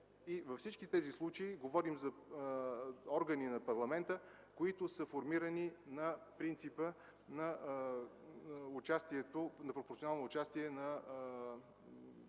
и във всички тези случаи говорим за органи на парламента, които са формирани на принципа на професионално участие на представители